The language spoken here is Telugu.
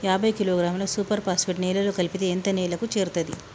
యాభై కిలోగ్రాముల సూపర్ ఫాస్ఫేట్ నేలలో కలిపితే ఎంత నేలకు చేరుతది?